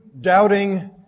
doubting